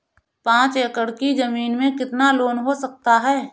पाँच एकड़ की ज़मीन में कितना लोन हो सकता है?